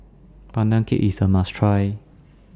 Pandan Cake IS A must Try